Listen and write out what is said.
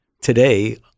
today